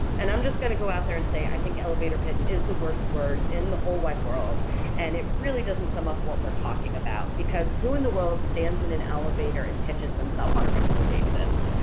and i'm just going to go out there and say i think elevator pitch is the worst word in the whole wide world and it really doesn't sum up what we're talking about because who in the world stands in an elevator and pitches themself on a regular basis?